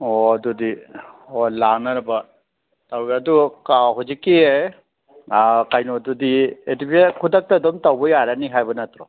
ꯑꯣ ꯑꯗꯨꯗꯤ ꯑꯣ ꯂꯥꯛꯅꯅꯕ ꯇꯩꯒꯦ ꯑꯗꯨ ꯍꯨꯖꯤꯛꯀꯤ ꯀꯩꯅꯣꯗꯨꯗꯤ ꯑꯦꯛꯇꯤꯕꯦꯠ ꯈꯨꯗꯛꯇ ꯑꯗꯨꯝ ꯇꯧꯕ ꯌꯥꯔꯅꯤ ꯍꯥꯏꯕ ꯅꯠꯇ꯭ꯔꯣ